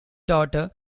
daughter